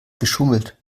geschummelt